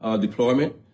deployment